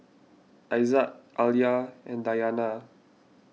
Aizat Alya and Dayana